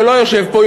שלא יושב פה,